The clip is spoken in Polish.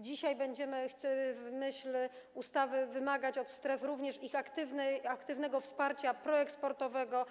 Dzisiaj będziemy w myśl ustawy wymagać od stref również ich aktywnego wsparcia proeksportowego,